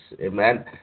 amen